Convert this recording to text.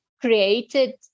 created